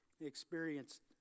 experienced